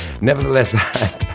Nevertheless